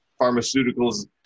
pharmaceuticals